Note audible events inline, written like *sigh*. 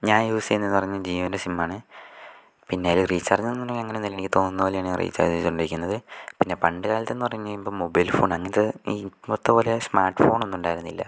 ഞാൻ യൂസ് ചെയ്യുന്നതെന്ന് പറഞ്ഞാൽ ജിയോൻ്റെ സിമ്മാണ് പിന്നെ ഒരു റീചാർജെന്ന് എന്ന് പറയുന്നത് *unintelligible* എനിക്ക് തോന്നുന്നത് പോലെയാണ് ഞാൻ റീചാർജ് ചെയ്തു കൊണ്ടിരിക്കുന്നത് പിന്നെ പണ്ട് കാലത്തെന്ന് പറഞ്ഞ് കഴിയുമ്പം മൊബൈൽ ഫോൺ അങ്ങനത്തെ ഈ ഇന്നത്തെ പോലെ സ്മാർട്ട് ഫോണൊന്നും ഉണ്ടായിരുന്നില്ല